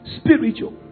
spiritual